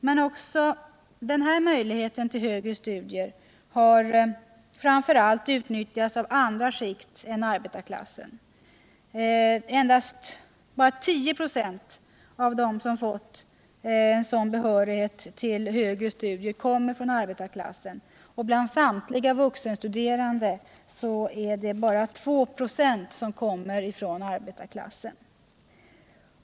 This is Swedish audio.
Men också denna möjlighet till högre studier har framför allt utnyttjats av andra skikt än arbetarklassen; endast 10 926 av dem som fått sådan behörighet till högre studier kommer från arbetarklassen, och bland samtliga vuxenstuderande är endast 2 26 arbetare.